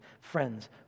Friends